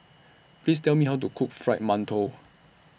Please Tell Me How to Cook Fried mantou